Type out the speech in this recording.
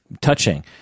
touching